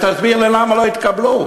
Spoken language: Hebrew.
אז תסביר לי למה לא התקבלו.